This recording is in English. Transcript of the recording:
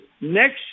next